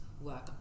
work